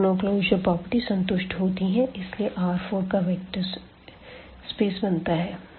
यहाँ दोनों closure property संतुष्ट होती है इसलिए यह R4 का वेक्टर स्पेस बनता है